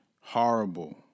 horrible